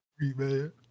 man